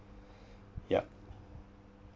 ya